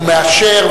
הוא מאשר,